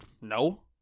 No